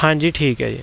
ਹਾਂਜੀ ਠੀਕ ਹੈ